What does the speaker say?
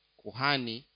kuhani